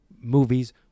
movies